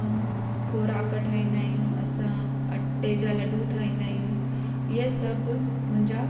ऐं खोराक ठाहींदा आहियूं असां अट्टे जा लॾूं ठाहींदा आहियूं इहे सभु मुंहिंजा